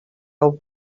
old